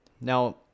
now